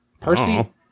Percy